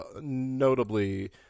notably